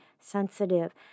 sensitive